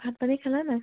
ভাত পানী খালা নাই